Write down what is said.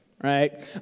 right